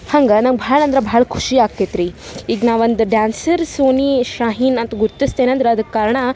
ಹಂಗೆ ನಂಗೆ ಭಾಳ ಅಂದ್ರೆ ಭಾಳ ಖುಷಿ ಆಗ್ತೈತೆ ರಿ ಈಗ ನಾ ಒಂದು ಡ್ಯಾನ್ಸರ್ ಸೋನಿ ಶಾಹಿನ್ ಅಂತ ಗುರ್ತಸ್ತೇನಂದ್ರೆ ಅದಕ್ಕೆ ಕಾರಣ